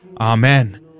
Amen